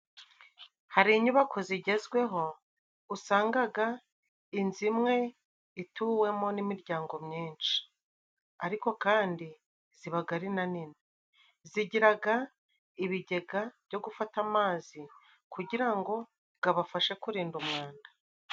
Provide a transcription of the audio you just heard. Hari inyubako zigezweho usangaga inzu imwe ituwemo n'imiryango myinshi. Ariko kandi zibaga ari na nini. Zigiraga ibigega byo gufata amazi kugira ngo gabafashe kurinda umwanda.